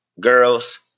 girls